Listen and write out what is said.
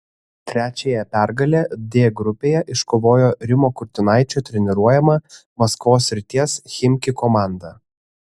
trečiąją pergalę d grupėje iškovojo rimo kurtinaičio treniruojama maskvos srities chimki komanda